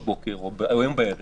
בבוקר או היום בערב